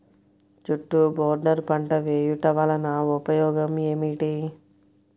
చుట్టూ బోర్డర్ పంట వేయుట వలన ఉపయోగం ఏమిటి?